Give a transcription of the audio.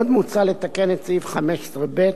עוד מוצע לתקן את סעיף 15(ב)